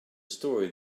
story